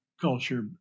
culture